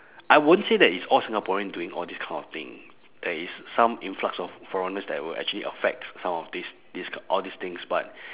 I won't say that it's all singaporean doing all this kind of thing there is some influx of foreigners that will actually affects some of this this all these things but